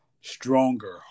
stronger